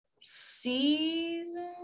season